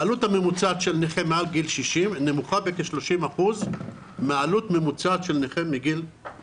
העלות הממוצעת של נכה מעל גיל 60 נמוכה בכ-30% מעלות ממוצע של נכה מתחת